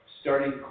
starting